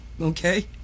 Okay